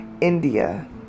India